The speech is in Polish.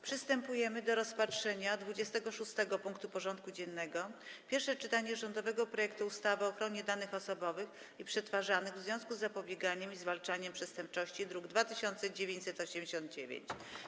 Przystępujemy do rozpatrzenia punktu 26. porządku dziennego: Pierwsze czytanie rządowego projektu ustawy o ochronie danych osobowych przetwarzanych w związku z zapobieganiem i zwalczaniem przestępczości (druk nr 2989)